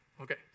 Okay